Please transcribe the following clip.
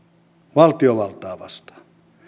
valtiovaltaa vastaan